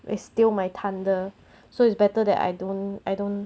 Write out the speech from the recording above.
it's still my thunder so it's better that I don't I don't